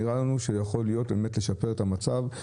שנראה לנו שיכול באמת לשפר את המצב.